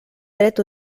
dret